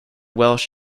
welsh